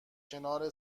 کنار